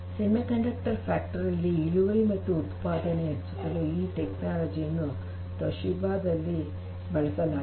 semiconductor factory ನಲ್ಲಿ ಇಳುವರಿ ಮತ್ತು ಉತ್ಪಾದನೆಯನ್ನು ಹೆಚ್ಚಿಸಲು ಈ ತಂತ್ರಜ್ಞಾನವನ್ನು ತೊಷಿಬಾ ದಲ್ಲಿ ಬಳಸಲಾಗಿದೆ